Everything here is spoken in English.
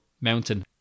mountain